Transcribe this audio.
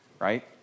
right